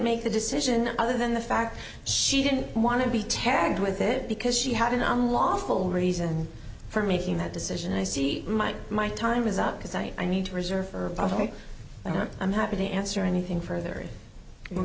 make the decision other than the fact she didn't want to be tagged with it because she had been on lawful reason for making that decision i see my my time is up because i i need to reserve i don't i'm happy to answer anything further we'll